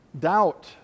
doubt